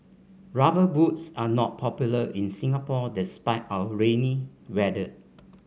rubber boots are not popular in Singapore despite our rainy weather